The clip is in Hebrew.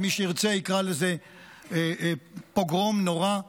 ומי שירצה יקרא לזה פוגרום נורא.